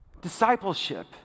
Discipleship